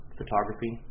photography